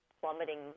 plummeting